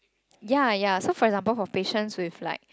ya ya so for example for patients with like